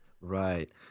right